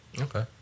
Okay